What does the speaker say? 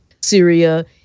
Syria